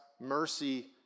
mercy